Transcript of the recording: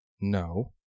No